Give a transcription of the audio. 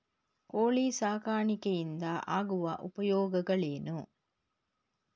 ಕೋಳಿ ಸಾಕಾಣಿಕೆಯಿಂದ ಆಗುವ ಉಪಯೋಗಗಳೇನು?